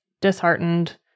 disheartened